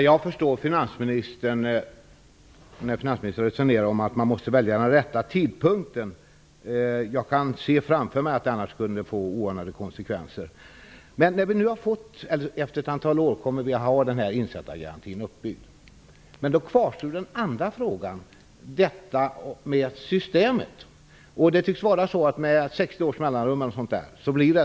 Fru talman! Jag förstår att man måste välja den rätta tidpunkten. Jag inser att det annars kunde få oanade konsekvenser. Om ett antal år kommer vi att ha denna insättargaranti. Då kvarstår frågan om systemet. Det verkar som om det med 60 års mellanrum blir sådant här debacle.